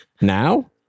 Now